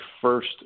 first